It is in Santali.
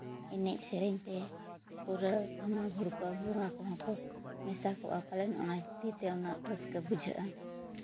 ᱮᱱᱮᱡ ᱥᱮᱨᱮᱧ ᱛᱮ ᱯᱩᱨᱟᱹ ᱜᱷᱟᱢᱟ ᱜᱳᱨ ᱠᱚᱜᱼᱟ ᱱᱚᱣᱟ ᱠᱚᱦᱚᱸ ᱠᱚ ᱢᱮᱥᱟ ᱠᱚᱜᱼᱟ ᱚᱱᱟ ᱠᱷᱟᱹᱛᱤᱨ ᱛᱮ ᱩᱱᱟᱹᱜ ᱨᱟᱹᱥᱠᱟᱹ ᱫᱚ ᱵᱩᱡᱷᱟᱹᱜᱼᱟ